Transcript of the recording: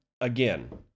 again